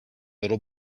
little